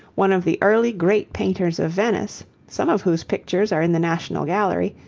one of the early great painters of venice, some of whose pictures are in the national gallery,